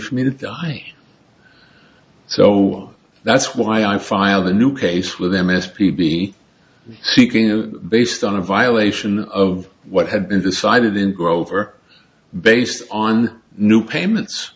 for me to die so that's why i filed a new case with them as p b seeking based on a violation of what had been decided in grover based on new payments